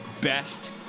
best